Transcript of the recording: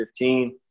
2015